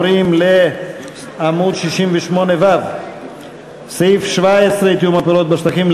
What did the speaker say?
עמוד 68א, לסעיף תקציבי 15, משרד הביטחון.